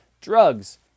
drugs